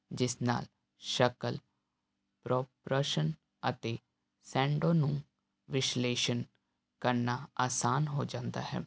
ਜਿਸ ਨਾਲ ਸ਼ਕਲ ਪ੍ਰੋਪ ਰੋਸ਼ਨ ਅਤੇ ਸੈਂਡੋ ਨੂੰ ਵਿਸ਼ਲੇਸ਼ਣ ਕਰਨਾ ਆਸਾਨ ਹੋ ਜਾਂਦਾ ਹੈ